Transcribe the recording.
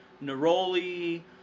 neroli